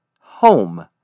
home